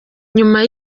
nyuma